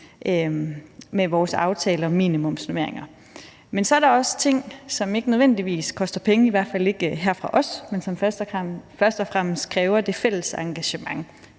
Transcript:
med vores aftale om minimumsnormeringer. Men så er der også ting, som ikke nødvendigvis koster penge, i hvert fald ikke her fra os, men som først og fremmest kræver det fælles engagement.